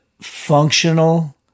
Functional